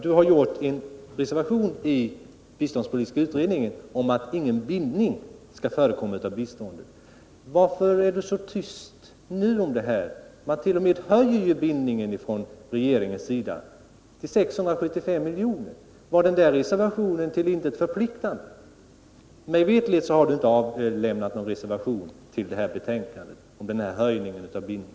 Han har skrivit en reservation i biståndspolitiska utredningen om att ingen bindning skall förekomma av biståndet. Varför är David Wirmark så tyst om det nu? Det blir jut.o.m. en höjning av bindningen från regeringens sida till 675 miljoner. Var reservationen till intet förpliktande? Mig veterligt har David Wirmark inte avlämnat någon reservation till detta betänkande om höjningen av bindningen.